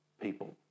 people